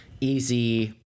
easy